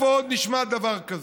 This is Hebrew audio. איפה עוד נשמע דבר כזה?